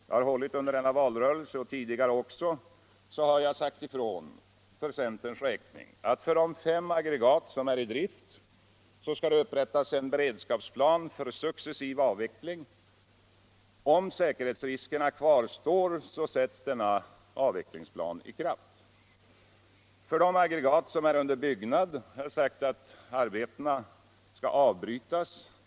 som jag hållit under denna valrörelse och även tidigare, har sagt Hrän för centerns räkning att det för de fem agpregat som är I dreft skall upprättas en beredskapsplan för successiv avveekling och att denna avvecklingsplan, om säkerhetsriskerna kvarstår, skali sättas 1 kraft. För de aggregat som är under byggnad har jag sagt, att arbetena skall avbrytas.